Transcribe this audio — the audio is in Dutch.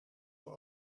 voor